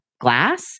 glass